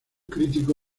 crítico